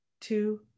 two